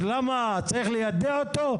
למה צריך ליידע אותו?